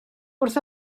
wrth